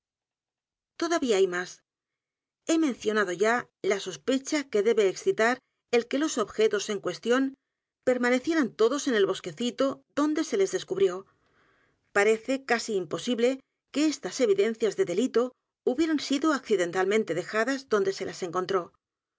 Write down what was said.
todavía hay m á s he mencionado ya la sospecha que debe excitar el que los objetos en cuestión permanecieran todos en el bosquecito donde se les descubrió parece casi imposible que estas evidencias de delito hubieran sido accidentalmente dejadas donde se las encontró